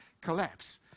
collapse